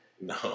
No